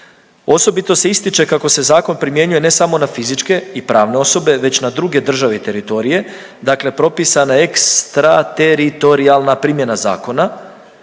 Osobito se ističe kako se zakon primjenjuje ne samo na fizičke i pravne osobe već na druge države i teritorije, dakle propisana je ekstrateritorijalna primjena zakona